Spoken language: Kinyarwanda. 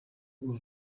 uru